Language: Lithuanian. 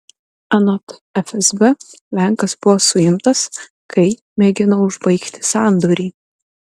anot fsb lenkas buvo suimtas kai mėgino užbaigti sandorį